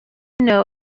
know